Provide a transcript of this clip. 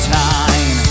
time